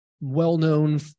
well-known